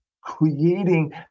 creating